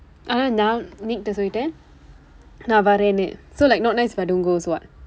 ஆனா நான்:aanaa naan nick-kitta சொல்லிட்டேன்: sollitdeen நான் வரேன்னு:naan vareennu so like not nice if I don't go also [what]